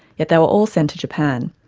yet they were all sent to japan,